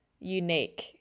Unique